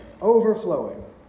overflowing